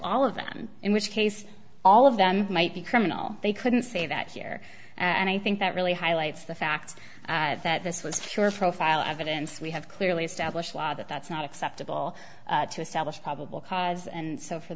all of them in which case all of them might be criminal they couldn't say that here and i think that really highlights the fact that this was pure profile evidence we have clearly established law that that's not acceptable to establish probable cause and so for